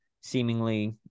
seemingly